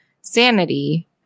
sanity